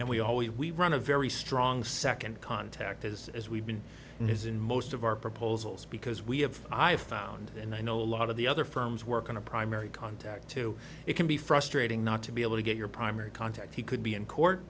and we always we run a very strong second contact as as we've been and is in most of our proposals because we have i found and i know a lot of the other firms work on a primary contact too it can be frustrating not to be able to get your primary contact he could be in court